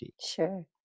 Sure